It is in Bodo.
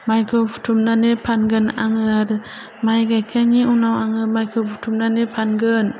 माइखौ हुथुमनानै फानगोन आरो माइ गायखांनायनि उनाव आङो माइखौ हुथुमनानै फानगोन